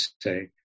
say